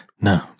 No